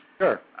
Sure